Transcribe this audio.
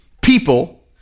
People